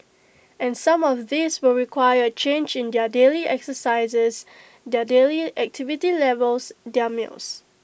and some of these will require A change in their daily exercises their daily activity levels their meals